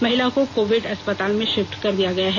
महिला को कोविड अस्पताल में षिफ्ट कर दिया गया है